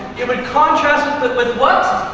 it would contrast with with what?